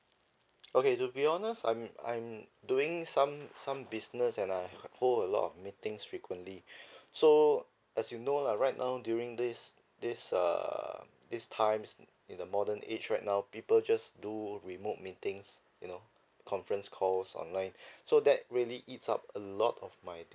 okay to be honest I'm I'm doing some some business and I hold a lot of meetings frequently so as you know lah right now during this this err this time st~ in the modern age right now people just do remote meetings you know conference calls online so that really eats up a lot of my